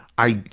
i,